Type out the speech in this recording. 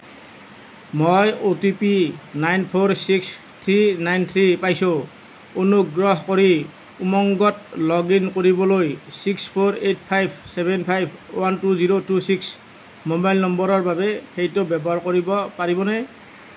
মই O T P nine four six three nine three পাইছোঁ অনুগ্ৰহ কৰি উমংগত লগ ইন কৰিবলৈ six four eight five seven five one two zero two six mobile নম্বৰৰ বাবে সেইটো ব্যৱহাৰ কৰিব পাৰিবনে